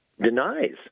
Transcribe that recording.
denies